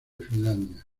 finlandia